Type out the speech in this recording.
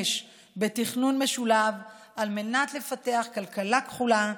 בתכנון משולב על מנת לפתח כלכלה כחולה,